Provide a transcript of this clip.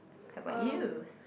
how about you